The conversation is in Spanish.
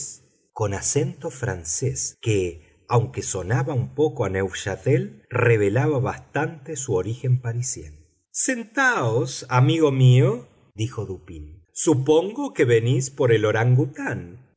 con acento francés que aunque sonaba un poco a neufchatel revelaba bastante su origen parisién sentaos amigo mío dijo dupín supongo que venís por el orangután